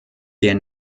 der